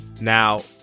Now